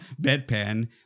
bedpan